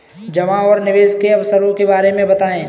जमा और निवेश के अवसरों के बारे में बताएँ?